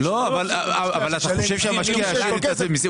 עוברות את התקרה - אין להם את היכולת להפעיל כוח שוק